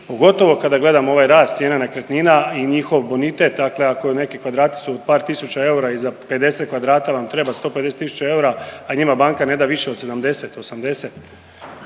pogotovo kada gledamo ovaj rast cijena nekretnina i njihov bonitet, dakle ako neki kvadrati su par tisuća eura i za 50 kvadrata vam treba 150 tisuća eura, a njima banka ne da više od 70, 80,